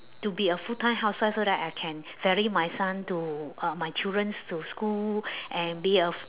to be a full time housewife so that I can ferry my son to uh my childrens to school and be a